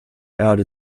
erde